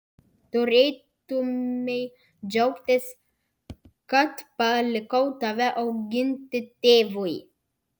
turėtumei džiaugtis kad palikau tave auginti tėvui